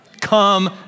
come